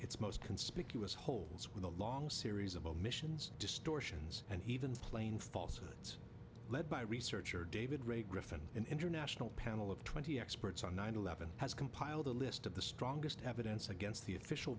its most conspicuous holes with a long series of omissions distortions and even plain false gods led by researcher david ray griffin an international panel of twenty experts on nine eleven has compiled a list of the strongest evidence against the official